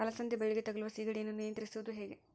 ಅಲಸಂದಿ ಬಳ್ಳಿಗೆ ತಗುಲುವ ಸೇಗಡಿ ಯನ್ನು ನಿಯಂತ್ರಿಸುವುದು ಹೇಗೆ?